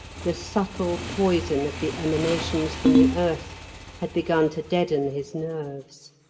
the subtle poison of the emanations from the earth had begun to deaden his nerves.